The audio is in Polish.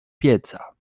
pieca